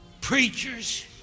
preachers